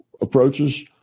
approaches